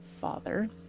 father